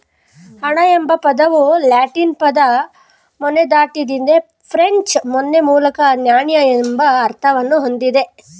ಹಣ ಎಂಬ ಪದವು ಲ್ಯಾಟಿನ್ ಪದ ಮೊನೆಟಾದಿಂದ ಫ್ರೆಂಚ್ ಮೊನ್ಯೆ ಮೂಲಕ ನಾಣ್ಯ ಎಂಬ ಅರ್ಥವನ್ನ ಹೊಂದಿದೆ